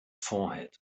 forehead